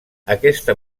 aquesta